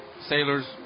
Sailors